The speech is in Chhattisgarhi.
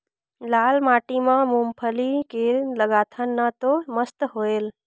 लाल माटी म मुंगफली के लगाथन न तो मस्त होयल?